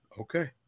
Okay